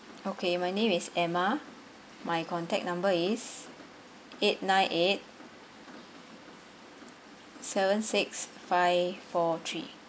okay my name is emma my contact number is eight nine eight seven six five four three